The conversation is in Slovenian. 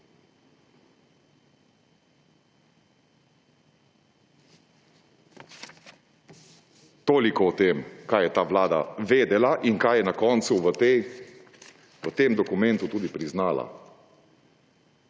Toliko o tem, kaj je ta vlada vedela in kaj je na koncu v tem dokumentu tudi priznala.